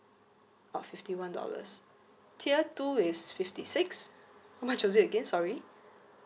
oh fifty one dollars tier two is fifty six how much was it again sorry